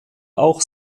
auch